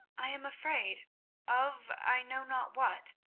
i am afraid of i know not what.